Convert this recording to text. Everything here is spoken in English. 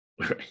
right